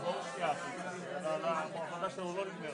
אנחנו מוגבלים.